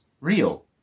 real